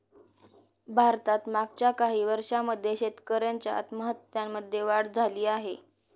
भारतात मागच्या काही वर्षांमध्ये शेतकऱ्यांच्या आत्महत्यांमध्ये वाढ झाली आहे